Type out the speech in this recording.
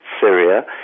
Syria